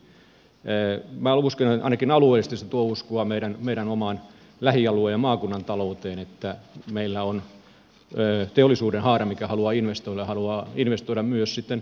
minä uskon että ainakin alueellisesti se tuo uskoa meidän oman lähialueen ja maakunnan talouteen että meillä on teollisuudenhaara mikä haluaa investoida ja haluaa investoida myös sitten maakuntakeskusten ulkopuolelle